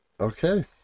Okay